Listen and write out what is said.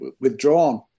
withdrawn